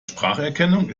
spracherkennung